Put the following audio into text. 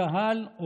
הקהל,